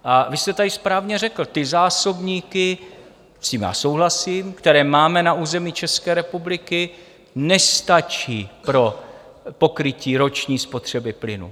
A vy jste tady správně řekl, ty zásobníky s tím já souhlasím které máme na území České republiky, nestačí pro pokrytí roční spotřeby plynu.